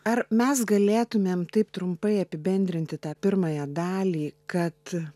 ar mes galėtumėm taip trumpai apibendrinti tą pirmąją dalį kad